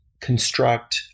construct